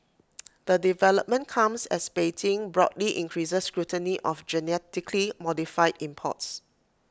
the development comes as Beijing broadly increases scrutiny of genetically modified imports